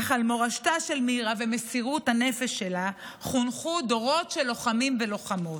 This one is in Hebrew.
אך על מורשתה של מירה ומסירות הנפש של חונכו דורות של לוחמים ולוחמות.